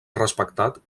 respectat